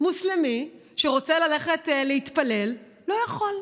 מוסלמי שרוצה ללכת להתפלל לא יכול,